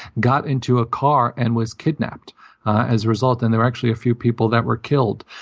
got into a car, and was kidnapped as a result. and there are actually a few people that were killed.